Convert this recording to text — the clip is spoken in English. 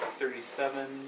thirty-seven